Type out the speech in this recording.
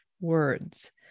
words